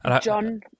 John